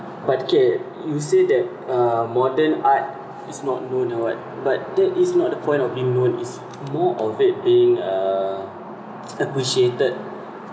but okay you say that uh modern art is not known or what but that is not the point of being known it's more of it being uh appreciated